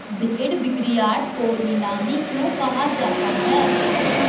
भेड़ बिक्रीयार्ड को नीलामी क्यों कहा जाता है?